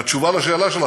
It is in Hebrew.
בתשובה לשאלה שלך,